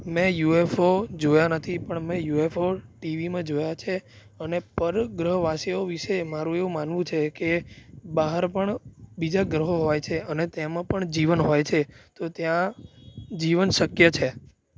મેં યુએફો જોયા નથી પણ મેં યુએફો ટીવીમાં જોયા છે અને પરગ્રહવાસીઓ વિશે મારું એવું માનવું છે કે બહાર પણ બીજા ગ્રહો હોય છે અને તેમાં પણ જીવન હોય છે તો ત્યાં જીવન શક્ય છે